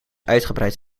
uitgebreid